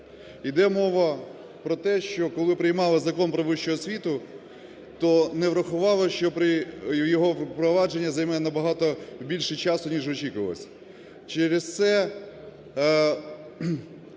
Іде мова про те, що коли приймали Закон "Про вищу освіту", то не врахували, що його впровадження займе набагато більше часу, ніж очікувалось.